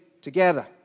together